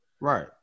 right